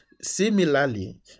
Similarly